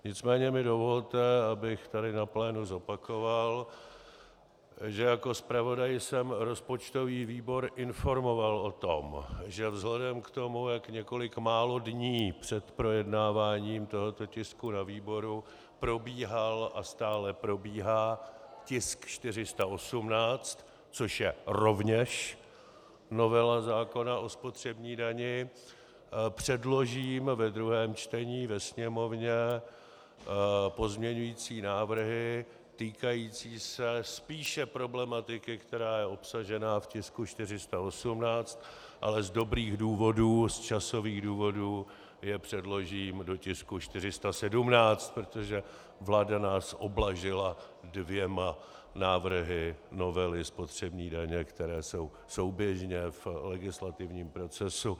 Nicméně mi dovolte, abych tady na plénu zopakoval, že jako zpravodaj jsem rozpočtový výbor informoval o tom, že vzhledem k tomu, jak několik málo dní před projednáváním tohoto tisku na výboru probíhal a stále probíhá tisk 418, což je rovněž novela zákona o spotřební dani, předložím ve druhém čtení ve sněmovně pozměňující návrhy týkající se spíše problematiky, která je obsažena v tisku 418, ale z dobrých důvodů, z časových důvodů je předložím do tisku 417, protože vláda nás oblažila dvěma návrhy novely spotřební daně, které jsou souběžně v legislativním procesu.